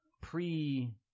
pre